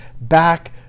back